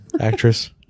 actress